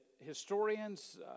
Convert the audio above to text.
Historians